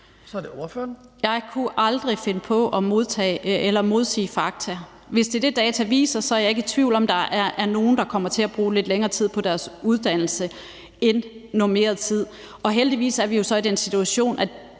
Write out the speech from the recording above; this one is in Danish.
Jeg kunne aldrig finde på at modsige fakta. Hvis det er det, data viser, er jeg ikke i tvivl om, at der er nogle, der kommer til at bruge lidt længere tid på deres uddannelse end normeret tid. Heldigvis er vi jo så i den situation, at